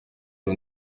uru